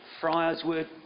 Friarswood